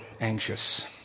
anxious